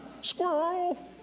Squirrel